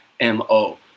MO